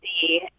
see